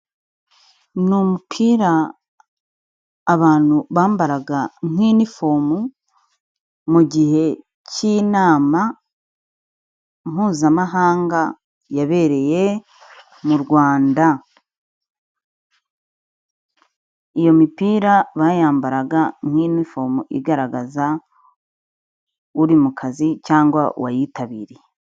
Ni umupira abantu bambaraga nk'inifomu mu gihe cy'inama mpuzamahanga yabereye mu Rwanda, iyo mipira bayambaraga nk'inifomu igaragaza uri mu kazi cyangwa wiyitabiriye.